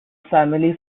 family